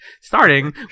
starting